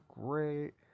great